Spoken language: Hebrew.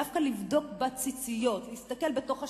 דווקא לבדוק בציציות, להסתכל בתוך השורות.